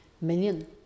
million